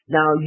Now